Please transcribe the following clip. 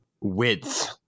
Width